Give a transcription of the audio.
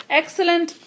excellent